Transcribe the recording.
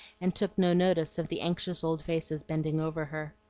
and took no notice of the anxious old faces bending over her.